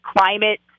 climate